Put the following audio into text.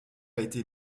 été